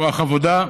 כוח עבודה,